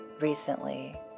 recently